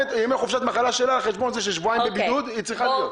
ימי חופשת המחלה שלה על חשבון זה שהיא שבועיים בבידוד צריכה להיות.